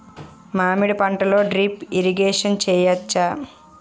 మామిడి పంటలో drip irrigation చేయచ్చా?